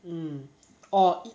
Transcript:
mm orh I